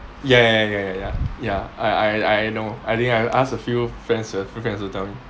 ya ya ya ya I I know I think I asked a few friends my few friends also tell me